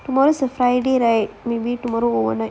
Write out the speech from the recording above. tomorrow is a friday right maybe tomorrow overnight